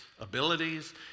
abilities